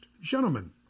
Gentlemen